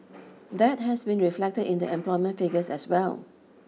that has been reflected in the employment figures as well